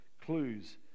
clues